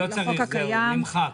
לא צריך, זהו, נמחק.